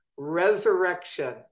resurrection